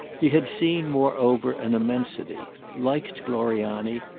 he had seen moreover an immensity liked gloriani,